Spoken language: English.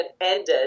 ended